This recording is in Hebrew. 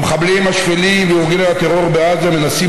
המחבלים השפלים וארגוני הטרור בעזה מנסים